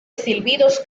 silbidos